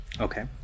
Okay